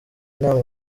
inama